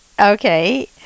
Okay